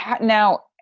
now